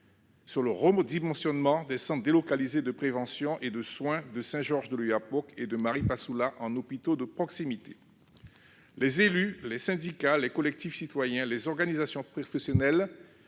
et le redimensionnement des centres délocalisés de prévention et de soins de Saint-Georges-de-l'Oyapock et de Maripasoula en hôpitaux de proximité. Les élus, les syndicats, les collectifs citoyens et les organisations professionnelles